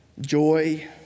Joy